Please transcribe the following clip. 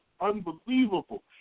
unbelievable